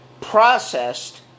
processed